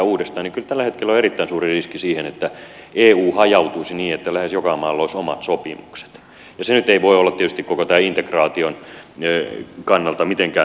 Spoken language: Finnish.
kyllä tällä hetkellä on erittäin suuri riski siihen että eu hajautuisi niin että lähes joka maalla olisi omat sopimukset ja se nyt ei voi olla tietysti koko tämän integraation kannalta mitenkään mielekästä ajattelua